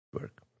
work